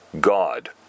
God